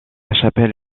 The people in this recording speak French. chapelle